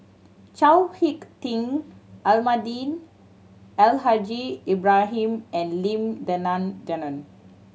Chao Hick Tin Almahdi Al Haj Ibrahim and Lim Denan Denon